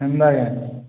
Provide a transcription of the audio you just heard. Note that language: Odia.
ଏନ୍ତା କେଁ